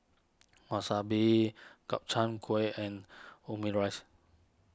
Wasabi Gobchang Gui and Omurice